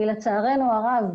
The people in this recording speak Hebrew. כי לצערנו הרב,